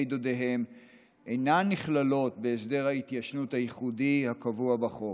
הדודים שלהם אינן נכללות בהסדר ההתיישנות הייחודי הקבוע בחוק,